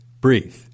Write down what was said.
breathe